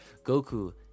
Goku